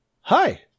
Hi